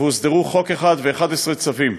הוסדרו חוק אחד ו-11 צווים.